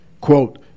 Quote